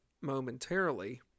momentarily